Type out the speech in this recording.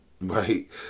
right